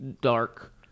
dark